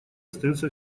остается